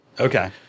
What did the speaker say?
Okay